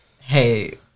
Hey